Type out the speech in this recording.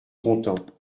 content